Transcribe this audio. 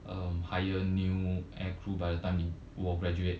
um hire new air crew by the time 我 graduate